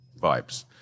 vibes